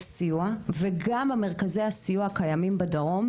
סיוע וגם המרכזי הסיוע הקיימים בדרום,